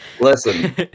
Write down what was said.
listen